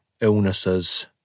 illnesses